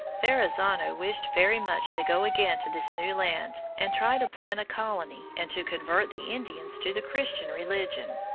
verrazzano wished very much to go again to this new land and try to plant a colony and to convert the indians to the christian religion.